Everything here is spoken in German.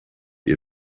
ihr